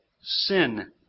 sin